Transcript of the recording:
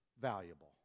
valuable